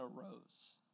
arose